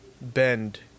bend